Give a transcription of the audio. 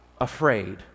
afraid